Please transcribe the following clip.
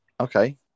Okay